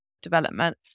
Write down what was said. development